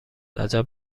عجب